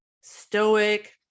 stoic